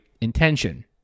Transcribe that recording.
intention